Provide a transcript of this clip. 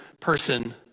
person